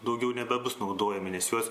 daugiau nebebus naudojami nes juos